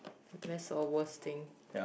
best or worst thing